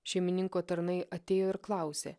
šeimininko tarnai atėjo ir klausė